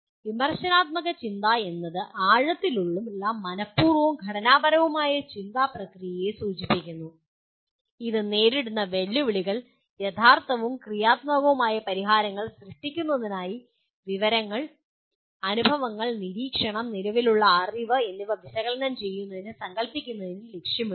വിമർശനാത്മക ചിന്ത എന്നത് ആഴത്തിലുള്ള മനഃപൂർവവും ഘടനാപരവുമായ ചിന്താ പ്രക്രിയയെ സൂചിപ്പിക്കുന്നു അത് നേരിടുന്ന വെല്ലുവിളികൾക്ക് യഥാർത്ഥവും ക്രിയാത്മകവുമായ പരിഹാരം സൃഷ്ടിക്കുന്നതിനായി വിവരങ്ങൾ അനുഭവങ്ങൾ നിരീക്ഷണം നിലവിലുള്ള അറിവ് എന്നിവ വിശകലനം ചെയ്യുന്നതിനും സങ്കൽപ്പിക്കുന്നതിനും ലക്ഷ്യമിടുന്നു